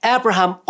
Abraham